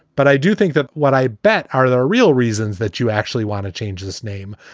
but i do think that what i bet are the real reasons that you actually want to change this name.